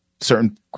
certain